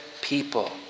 people